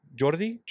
Jordi